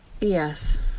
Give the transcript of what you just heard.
Yes